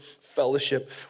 fellowship